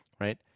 right